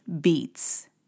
beats